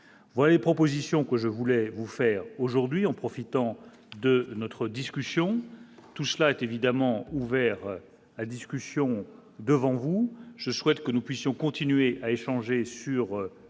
voyez propositions que je voulais vous faire aujourd'hui en profitant de notre discussion, tout cela est évidemment ouvert à discussion devant vous, je souhaite que nous puissions continuer à échanger sur